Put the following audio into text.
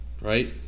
right